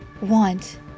want